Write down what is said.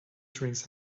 drinks